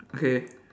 K